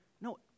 no